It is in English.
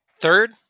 Third